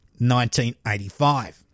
1985